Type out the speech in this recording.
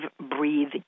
breathe